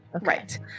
right